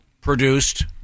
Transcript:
produced